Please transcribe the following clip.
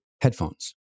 headphones